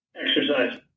Exercise